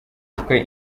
twe